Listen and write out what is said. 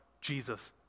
Jesus